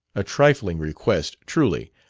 a trifling request, truly.